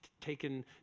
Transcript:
taken